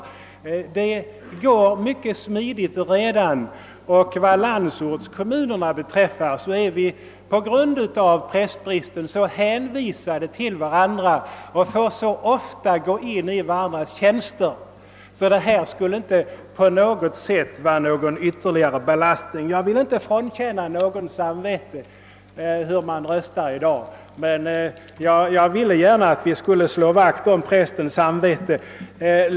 Allt går smidigt att ordna. Och vad landsbygden beträffar vill jag säga att vi redan på grund av prästbristen är i hög grad hänvisade till varandra och så ofta får gå in i varandras tjänster, att något tillfälligt förrättningsbyte inte skulle kännas som någon ytterligare belastning. Jag vill inte frånkänna någon rätten att i dag rösta efter sitt samvete, men jag vill att man slår vakt också om prästens samvete.